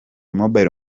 mobile